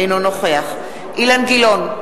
אינו נוכח אילן גילאון,